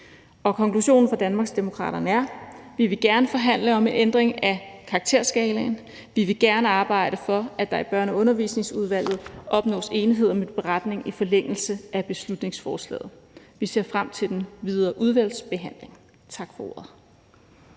Og konklusionen fra Danmarksdemokraterne er, at vi gerne vil forhandle om en ændring af karakterskalaen. Vi vil gerne arbejde for, at der i Børne- og Undervisningsudvalget opnås enighed om en beretning i forlængelse af beslutningsforslaget. Vi ser frem til den videre udvalgsbehandling. Tak for ordet.